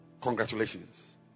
Congratulations